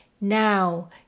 Now